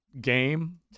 game